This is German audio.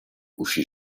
uschi